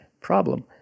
problem